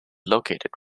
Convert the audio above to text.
located